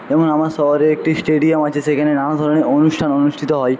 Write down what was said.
যেমন আমার শহরে একটি স্টেডিয়াম আছে সেখানে নানা ধরনের অনুষ্ঠান অনুষ্ঠিত হয়